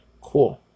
cool